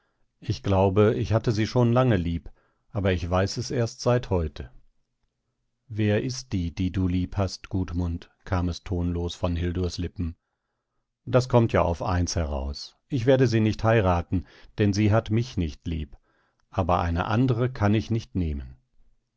ich glaube ich hatte sie schon lange lieb aber ich weiß es erst seit heute wer ist die die du lieb hast gudmund kam es tonlos von hildurs lippen das kommt ja auf eins heraus ich werde sie nicht heiraten denn sie hat mich nicht lieb aber eine andre kann ich nicht nehmen